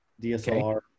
DSLR